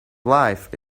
life